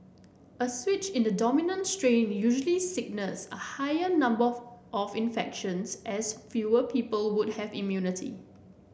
a switch in the dominant strain usually signals a higher number of of infections as fewer people would have immunity